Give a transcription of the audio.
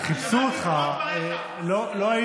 וממשלת הכופרים הזאת הביאה כמעט 4,000 יחידות דיור,